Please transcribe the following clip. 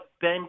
Ben